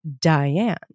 Diane